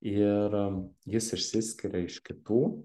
ir jis išsiskiria iš kitų